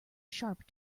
sharp